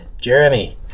Jeremy